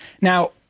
Now